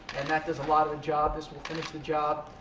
and that does a lot of the job. this would finish the job.